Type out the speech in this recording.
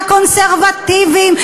הקונסרבטיבים.